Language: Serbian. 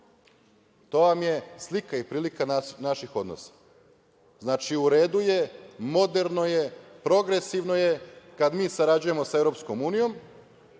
To vam je slika i prilika naših odnosa. Znači, u redu je, moderno je, progresivno je kada mi sarađujemo sa Evropskom unijom,